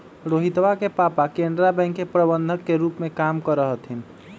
रोहितवा के पापा केनरा बैंक के प्रबंधक के रूप में काम करा हथिन